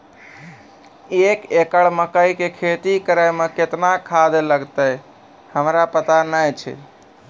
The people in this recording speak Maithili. एक एकरऽ मकई के खेती करै मे केतना खाद लागतै हमरा पता नैय छै?